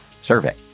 survey